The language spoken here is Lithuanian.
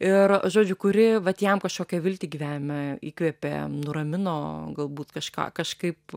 ir žodžiu kuri vat jam kažkokią viltį gyvenime įkvėpė nuramino galbūt kažką kažkaip